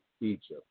Egypt